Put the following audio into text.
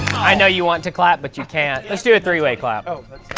i know you want to clap, but you can't. let's do a three-way clap. oh,